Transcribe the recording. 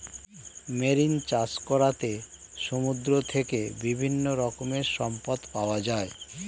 marine চাষ করাতে সমুদ্র থেকে বিভিন্ন রকমের সম্পদ পাওয়া যায়